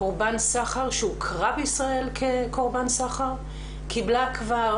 קורבן סחר שהוכרה בישראל כקורבן סחר, קיבלה כבר